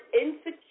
insecure